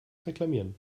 reklamieren